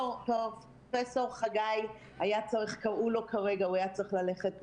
פרופ' חגי, קראו לו כרגע, הוא היה צריך ללכת,